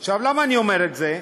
עכשיו, למה אני אומר את זה?